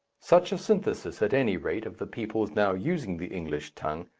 such a synthesis, at any rate, of the peoples now using the english tongue,